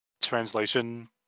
translation